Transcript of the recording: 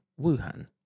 Wuhan